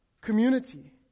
community